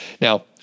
Now